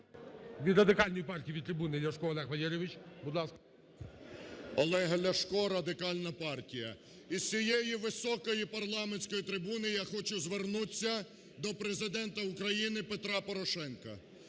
Від Радикальної партії, від трибуни Ляшко Олег Валерійович, будь ласка. 16:46:35 ЛЯШКО О.В. Олег Ляшко, Радикальна партія. Із цієї високої парламентської трибуни я хочу звернутися до Президента України Петра Порошенка.